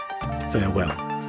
farewell